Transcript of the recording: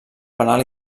penal